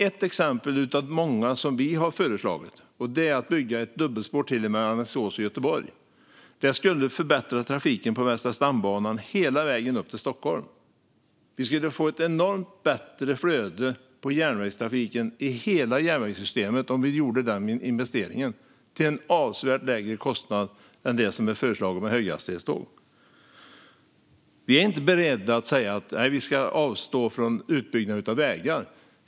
Ett exempel av många som vi har föreslagit är att bygga ett dubbelspår till mellan Alingsås och Göteborg. Det skulle förbättra trafiken på Västra stambanan hela vägen upp till Stockholm. Det skulle bli ett enormt mycket bättre flöde i järnvägstrafiken i hela järnvägssystemet med den investeringen och till en avsevärt lägre kostnad än för de föreslagna höghastighetstågen. Vi är inte beredda att säga att man ska avstå från utbyggnaden av vägar.